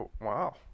Wow